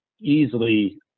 easily